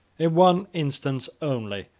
in one instance only,